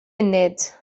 munud